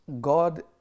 God